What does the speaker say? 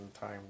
time